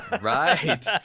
Right